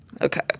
Okay